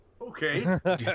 okay